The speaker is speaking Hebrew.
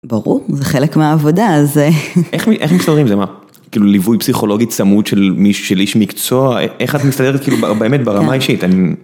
ברור זה חלק מהעבודה. איך מסתדרים עם זה מה? כאילו ליווי פסיכולוגי צמוד של מישהו של איש מקצוע? איך את מסתדרת כאילו באמת ברמה אישית.